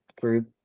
group